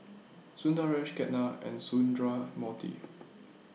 Sundaresh Ketna and Sundramoorthy